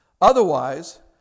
Otherwise